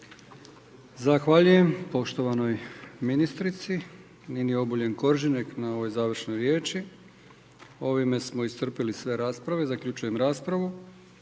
Zahvaljujem poštovanoj ministrici Nini Obuljen Koržinek na ovoj završnoj riječi. Ovime smo iscrpili sve rasprave, zaključujem raspravu.